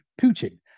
Putin